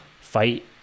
fight